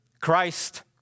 Christ